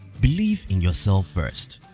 believe in yourself first,